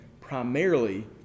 primarily